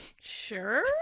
Sure